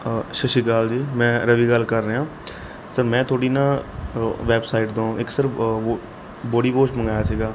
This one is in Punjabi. ਸਤਿ ਸ਼੍ਰੀ ਅਕਾਲ ਜੀ ਮੈਂ ਰਵੀ ਗੱਲ ਕਰ ਰਿਹਾ ਸਰ ਮੈਂ ਤੁਹਾਡੀ ਨਾ ਵੈਬਸਾਈਟ ਤੋਂ ਇੱਕ ਸਰ ਬੋਡੀ ਵੋਸ਼ ਮੰਗਵਾਇਆ ਸੀਗਾ